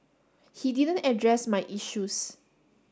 he didn't address my issues